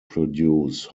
produce